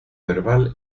verbal